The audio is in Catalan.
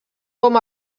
com